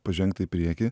pažengta į priekį